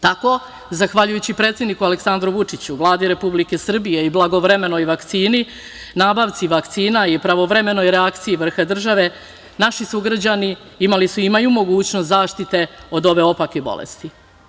Tako zahvaljujući predsedniku Aleksandru Vučiću, Vladi Republike Srbije i blagovremenoj vakcini, nabavci vakcina i pravovremenoj reakciji vrha države naši sugrađani imaju mogućnost zaštite od ove opake bolesti.